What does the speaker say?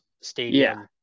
Stadium